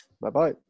Bye-bye